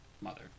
mother